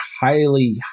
highly